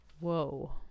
Whoa